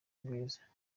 bwiza